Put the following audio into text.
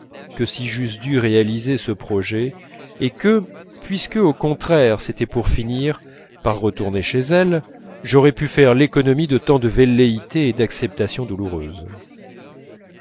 que si j'eusse dû réaliser ce projet et que puisque au contraire c'était pour finir par retourner chez elle j'aurais pu faire l'économie de tant de velléités et d'acceptations douloureuses